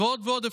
ועוד ועוד.